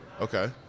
Okay